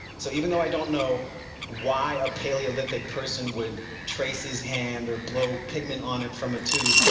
so even though i don't know why a paleolithic person would trace his hand or blow pigment on it from a tube,